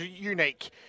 unique